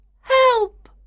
Help